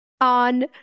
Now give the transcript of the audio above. on